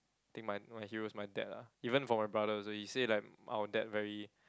think my my hero is my dad lah even for my brother also he say like our dad very